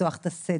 לפתוח את הסדק.